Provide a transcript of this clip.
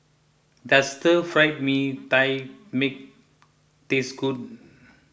does Stir Fried Mee Tai Mak taste good